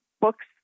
Books